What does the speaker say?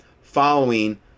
following